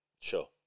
Sure